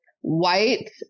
white